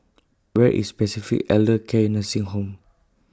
Where IS Pacific Elder Care Nursing Home